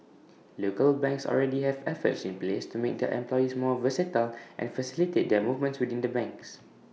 local banks already have efforts in place to make their employees more versatile and facilitate their movements within the banks